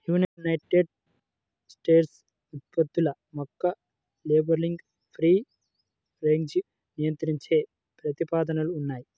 United స్టేట్స్లో ఉత్పత్తుల యొక్క లేబులింగ్ను ఫ్రీ రేంజ్గా నియంత్రించే ప్రతిపాదనలు ఉన్నాయి